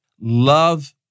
Love